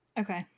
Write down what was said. Okay